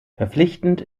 verpflichtend